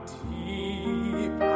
deep